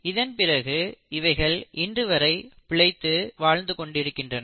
இதன்பிறகு இவைகள் இன்றுவரை பிழைத்து வாழ்ந்து கொண்டிருக்கின்றன